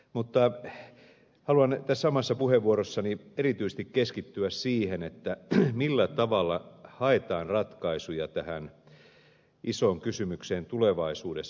mutta haluan tässä omassa puheenvuorossani erityisesti keskittyä siihen millä tavalla haetaan ratkaisuja tähän isoon kysymykseen tulevaisuudessa